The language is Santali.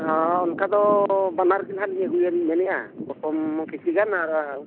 ᱦᱮᱸ ᱚᱱᱠᱟ ᱫᱚ ᱵᱟᱱᱟᱨ ᱜᱮ ᱱᱟᱦᱟᱜ ᱞᱤᱧ ᱟᱹᱜᱩᱭᱟᱞᱤᱧ ᱢᱮᱱᱮᱜᱼᱟ ᱯᱚᱴᱚᱢ ᱠᱤᱪᱷᱩ ᱜᱟᱱ ᱟᱨ